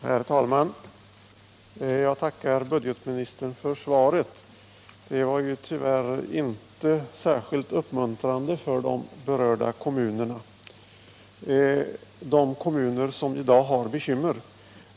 Herr talman! Jag tackar budgetministern för svaret. Det var tyvärr inte särskilt uppmuntrande för de berörda kommunerna — de kommuner som i dag har bekymmer.